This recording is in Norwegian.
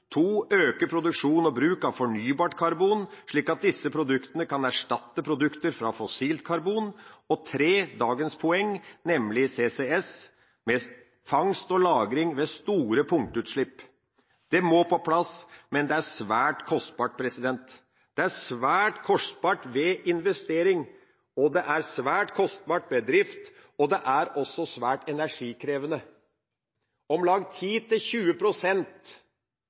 to, øke produksjon og bruk av fornybart karbon slik at disse produktene kan erstatte produkter fra fossilt karbon, og tre, dagens poeng, nemlig CCS, med fangst og lagring ved store punktutslipp. Det må på plass, men det er svært kostbart. Det er svært kostbart ved investering, og det er svært kostbart ved drift, og det er også svært energikrevende. Om lag 10–20 pst. av den energien som vi her behandler, må brukes til